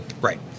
Right